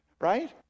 right